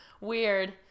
Weird